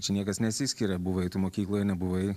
čia niekas nesiskiria buvai tu mokykloj nebuvai